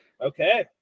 Okay